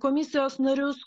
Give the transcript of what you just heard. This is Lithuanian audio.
komisijos narius